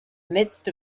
midst